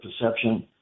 perception